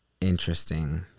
interesting